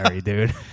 dude